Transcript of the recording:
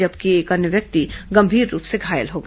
जबकि एक अन्य व्यक्ति गंभीर रूप से घायल हो गया